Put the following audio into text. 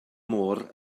môr